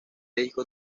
disco